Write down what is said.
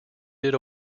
did